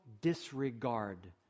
disregard